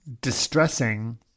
distressing